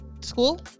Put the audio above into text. School